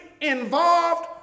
involved